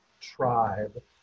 tribe